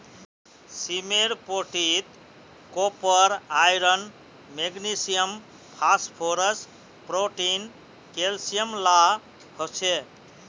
सीमेर पोटीत copper, iron, magnesium, phosphorus, protein, calcium ला हो छे